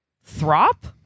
Throp